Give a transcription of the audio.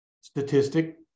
statistic